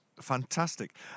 Fantastic